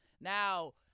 Now